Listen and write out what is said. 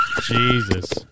Jesus